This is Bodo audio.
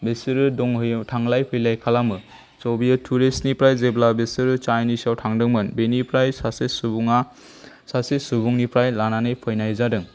बिसोरो दंहैयो थांलाय फैलाय खालामो स' बियो टुरिस्टनिफ्राय जेब्ला बिसोरो चायनिसाव थांदोंमोन बेनिफ्राय सासे सुबुङा सासे सुबुंनिफ्राय लानानै फैनाय जादों